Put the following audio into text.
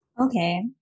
Okay